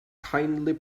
kindly